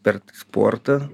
per sportą